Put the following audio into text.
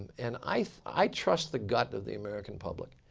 and i trust the gut of the american public